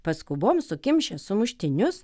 paskubom sukimšę sumuštinius